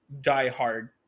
diehard